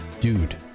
Dude